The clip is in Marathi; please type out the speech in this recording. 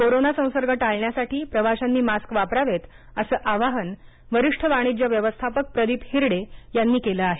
कोरोना संसर्ग टाळण्यासाठी प्रवाशांनी मास्क वापरावेत असं आवाहन वरिष्ठ वाणिज्य व्यवस्थापक प्रदीप हिरडे यांनी केलं आहे